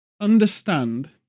understand